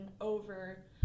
over